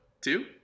two